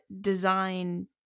design